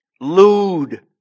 lewd